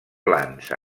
plans